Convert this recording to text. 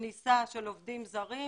כניסה של עובדים זרים,